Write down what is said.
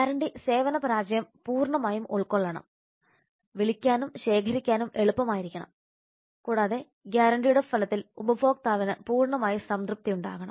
guarantee സേവന പരാജയം പൂർണ്ണമായും ഉൾക്കൊള്ളണം വിളിക്കാനും ശേഖരിക്കാനും എളുപ്പമായിരിക്കണം കൂടാതെ ഗ്യാരണ്ടിയുടെ ഫലത്തിൽ ഉപഭോക്താവിന് പൂർണ്ണമായി സംതൃപ്തിയുണ്ടാകണം